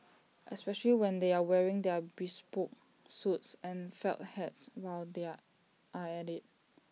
especially when they are wearing their bespoke suits and felt hats while they are at IT